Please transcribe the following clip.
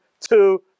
two